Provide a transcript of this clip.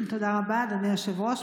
תודה רבה, אדוני היושב-ראש.